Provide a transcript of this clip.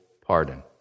pardon